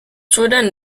soudaine